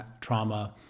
trauma